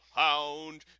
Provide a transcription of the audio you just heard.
hound